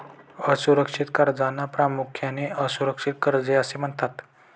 असुरक्षित कर्जांना प्रामुख्याने असुरक्षित कर्जे असे म्हणतात